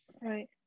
Right